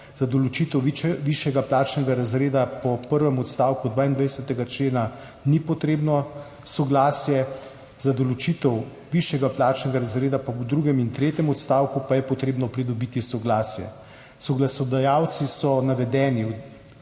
Za določitev višjega plačnega razreda po prvem odstavku 22. člena ni potrebno soglasje. Za določitev višjega plačnega razreda v drugem in tretjem odstavku pa je potrebno pridobiti soglasje. Soglasodajalci so navedeni